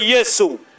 Jesus